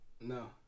No